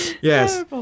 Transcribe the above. Yes